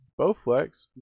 Bowflex